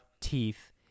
teeth